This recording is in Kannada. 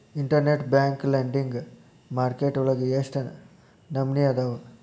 ಇನ್ಟರ್ನೆಟ್ ಬ್ಯಾಂಕ್ ಲೆಂಡಿಂಗ್ ಮಾರ್ಕೆಟ್ ವಳಗ ಎಷ್ಟ್ ನಮನಿಅದಾವು?